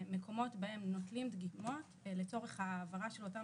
מקומות בהם נותנים דגימות לצורך ההעברה של אותן